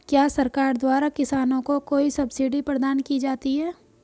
क्या सरकार द्वारा किसानों को कोई सब्सिडी प्रदान की जाती है?